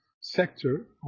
sector